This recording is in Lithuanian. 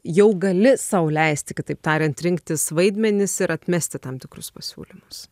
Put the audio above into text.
jau gali sau leisti kitaip tariant rinktis vaidmenis ir atmesti tam tikrus pasiūlymus